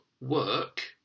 work